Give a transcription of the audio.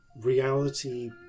reality